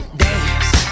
dance